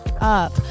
up